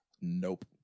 Nope